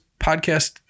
podcast